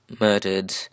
murdered